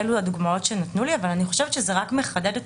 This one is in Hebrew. אלו הדוגמאות שנתנו לי אבל אני חושבת שזה רק מחדד את